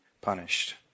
punished